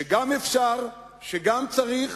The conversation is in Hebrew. שגם אפשר, שגם צריך,